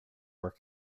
were